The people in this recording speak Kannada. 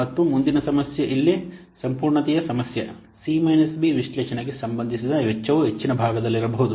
ಮತ್ತು ಮುಂದಿನ ಸಮಸ್ಯೆ ಇಲ್ಲಿ ಸಂಪೂರ್ಣತೆಯ ಸಮಸ್ಯೆ ಸಿ ಬಿ ವಿಶ್ಲೇಷಣೆಗೆ ಸಂಬಂಧಿಸಿದ ವೆಚ್ಚವು ಹೆಚ್ಚಿನ ಭಾಗದಲ್ಲಿರಬಹುದು